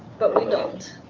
but we don't.